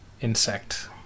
insect